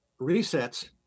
resets